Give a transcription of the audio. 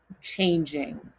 changing